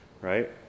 Right